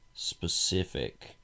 specific